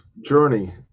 journey